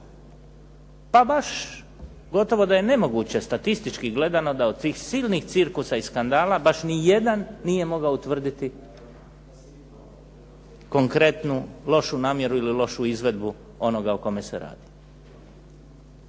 Pa baš gotovo da je nemoguće statistički gledano da od tih silnih cirkusa i skandala baš ni jedan nije mogao utvrditi konkretnu lošu namjeru ili lošu izvedbu onoga o kome se radi.